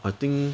I think